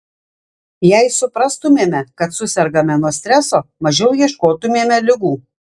jei suprastumėme kad susergame nuo streso mažiau ieškotumėme ligų